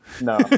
No